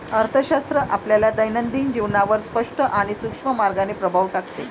अर्थशास्त्र आपल्या दैनंदिन जीवनावर स्पष्ट आणि सूक्ष्म मार्गाने प्रभाव टाकते